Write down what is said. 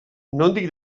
nondik